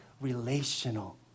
relational